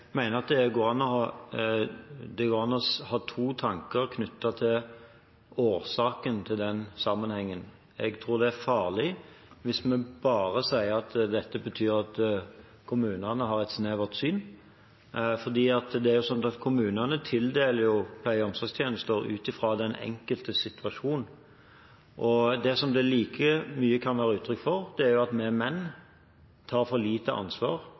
at det går an å ha to tanker i hodet samtidig når det gjelder årsaken til den sammenhengen. Jeg tror det er farlig hvis vi bare sier at dette betyr at kommunene har et snevert syn, for kommunene tildeler pleie- og omsorgstjenester ut fra den enkeltes situasjon. Det som dette like mye kan være et uttrykk for, er at vi menn tar for lite ansvar